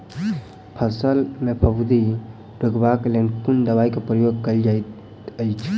फसल मे फफूंदी रुकबाक लेल कुन दवाई केँ प्रयोग कैल जाइत अछि?